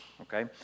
Okay